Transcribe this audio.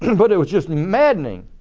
and but were just maddening.